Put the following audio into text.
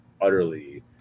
utterly